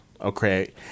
Okay